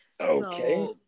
Okay